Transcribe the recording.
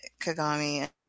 Kagami